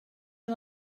you